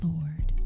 Lord